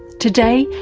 today,